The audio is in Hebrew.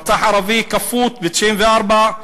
רצח ערבי כפות ב-1994,